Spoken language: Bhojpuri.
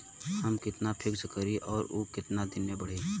हम कितना फिक्स करी और ऊ कितना दिन में बड़ी?